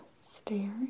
stare